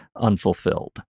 unfulfilled